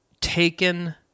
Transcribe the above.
taken